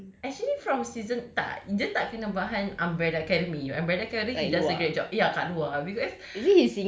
dia actually from season tak dia tak kena bahang umbrella academy umbrella academy does a great job ya kat luar because